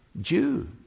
Jew—